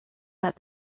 that